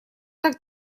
так